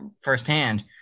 firsthand